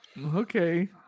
Okay